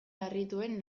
harrituen